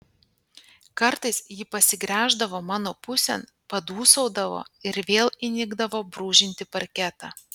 kartais ji pasigręždavo mano pusėn padūsaudavo ir vėl įnikdavo brūžinti parketą